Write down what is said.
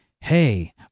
Hey